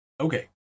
Okay